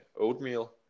oatmeal